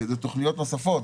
יש תוכניות נוספות,